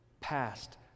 past